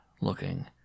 looking